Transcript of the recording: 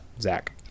Zach